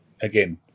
again